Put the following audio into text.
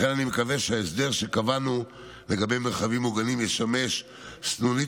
לכן אני מקווה שההסדר שקבענו לגבי מרחבים מוגנים ישמש סנונית